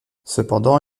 cependant